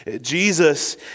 Jesus